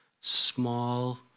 small